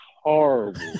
horrible